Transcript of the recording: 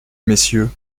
messieurs